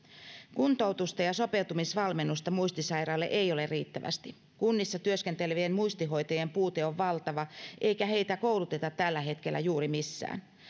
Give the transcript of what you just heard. kuntoutusta ja ja sopeutumisvalmennusta muistisairaalle ei ole riittävästi kunnissa työskentelevien muistihoitajien puute on valtava eikä heitä kouluteta tällä hetkellä juuri missään